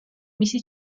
მისი